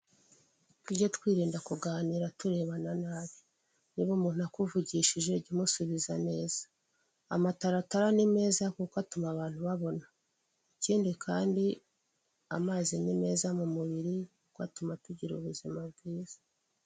Tuge twirinda kuganira turebana nabi, niba umuntu akuvugishije jya umusubiza neza, amataratara ni meza kuko atuma abantu babona, ikindi kandi amazi ni meza mu mubiri kuko atuma tugira ubuzima bwiza.